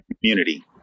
Community